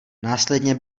následně